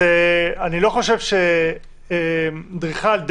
אני לא חושב שדריכה על דשא,